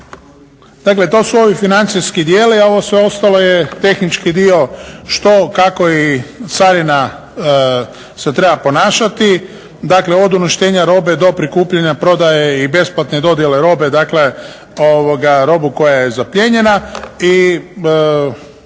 Dakle to su ovi financijski dijelovi, a ovo sve ostalo je tehnički dio što, kako i carina se treba ponašati, dakle od uništenja robe do prikupljanja, prodaje i besplatne dodjele robe, dakle robu koja je zaplijenjena.